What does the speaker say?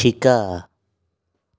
শিকা